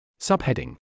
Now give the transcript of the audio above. Subheading